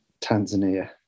Tanzania